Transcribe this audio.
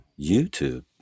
YouTube